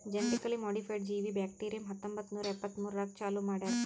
genetically modified ಜೀವಿ bacterium ಹತ್ತೊಂಬತ್ತು ನೂರಾ ಎಪ್ಪತ್ಮೂರನಾಗ್ ಚಾಲೂ ಮಾಡ್ಯಾರ್